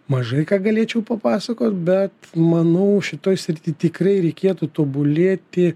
mažai ką galėčiau papasakot bet manau šitoj srity tikrai reikėtų tobulėti